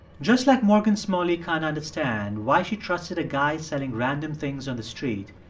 just like morgan smalley can't understand why she trusted a guy selling random things on the street,